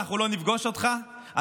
אנחנו לא נפגוש אותך,